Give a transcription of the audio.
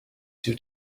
due